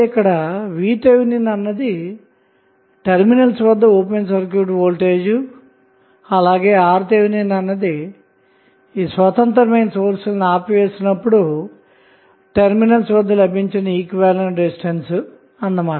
ఇక్కడVTh అన్నది టెర్మినల్స్ వద్ద open circuit voltage మరియుRTh అన్నది స్వతంత్రమైన సోర్స్ లను ఆపివేసినప్పుడు టెర్మినల్స్ వద్ద లభించిన ఈక్వివలెంట్ రెసిస్టెన్స్ అన్న మాట